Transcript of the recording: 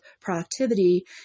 productivity